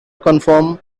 conform